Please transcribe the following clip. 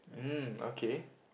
mm okay